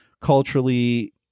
culturally